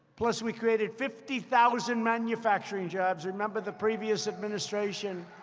plus, we created fifty thousand manufacturing jobs. remember the previous administration?